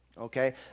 okay